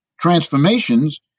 transformations